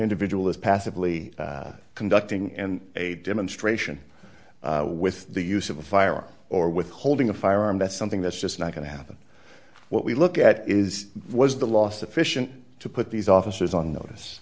individual is passively conducting and a demonstration with the use of a firearm or withholding a firearm that's something that's just not going to happen what we look at is was the last efficient to put these officers on